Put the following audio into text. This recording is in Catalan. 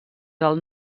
del